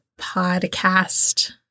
podcast